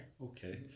Okay